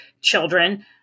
children